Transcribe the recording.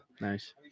Nice